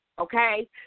okay